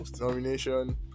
nomination